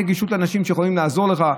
הנגישות לאנשים שיכולים לעזור לך,